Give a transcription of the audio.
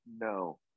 No